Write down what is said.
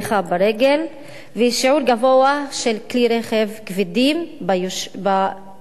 ברגל ושיעור גבוה של כלי רכב כבדים ביישוב.